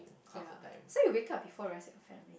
ya so you wake up before your family